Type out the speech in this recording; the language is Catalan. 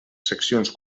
seccions